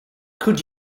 could